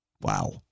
Wow